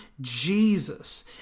Jesus